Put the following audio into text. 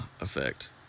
effect